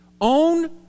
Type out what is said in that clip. own